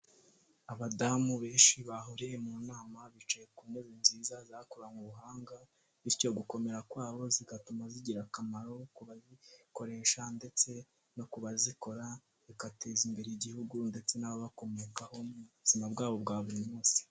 Abadamu benshi bahuriye mu nama bicaye ku ntebe nziza zakoranywe ubuhanga, bityo gukomera kwabo zigatuma zigira akamaro ku bazikoresha ndetse no ku bazikora, bigateza imbere igihugu ndetse n'ababakomokaho mu buzima bwabo bwa buri munsi.